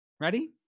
Ready